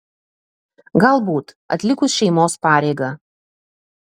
galbūt atlikus šeimos pareigą